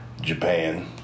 Japan